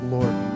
Lord